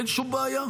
אין שום בעיה,